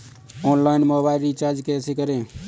Online mobile recharge कैसे करें?